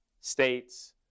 states